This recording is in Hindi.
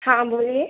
हाँ बोलिए